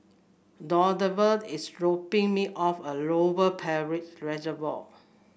Donavan is dropping me off at Lower Peirce Reservoir